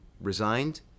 resigned